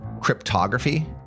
cryptography